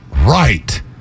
right